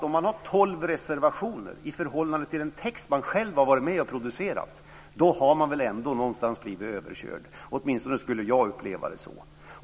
Om man har tolv reservationer, Ana Maria Narti, i förhållande till den text man själv har varit med och producerat, då har man någonstans blivit överkörd. Åtminstone skulle jag uppleva det så.